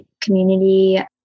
community